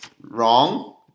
Wrong